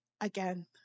Again